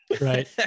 right